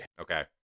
Okay